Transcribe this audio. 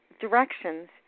directions